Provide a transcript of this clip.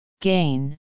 gain